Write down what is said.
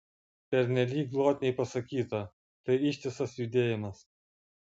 pernelyg glotniai pasakyta tai ištisas judėjimas